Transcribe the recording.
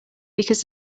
because